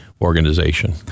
organization